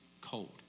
cold